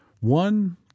one